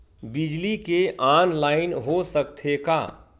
बिजली के ऑनलाइन हो सकथे का?